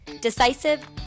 decisive